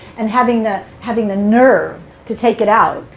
and having the having the nerve to take it out.